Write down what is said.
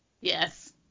Yes